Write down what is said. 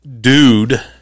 dude